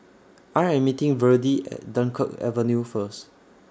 I Am meeting Virdie At Dunkirk Avenue First